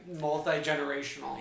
multi-generational